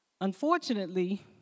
Unfortunately